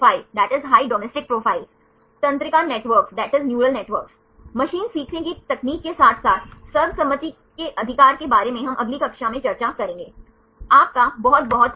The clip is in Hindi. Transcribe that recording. तो अब यदि आपके पास हाइड्रोजन बॉन्डिंग पैटर्न के आधार पर 3 डी संरचनाएं हैं तो आप आसानी से माध्यमिक संरचनाओं को परिभाषित कर सकते हैं